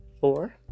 four